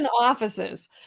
offices